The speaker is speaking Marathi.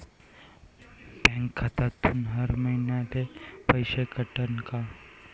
बँक खात्यातून हर महिन्याले पैसे कटन का?